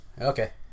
Okay